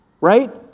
right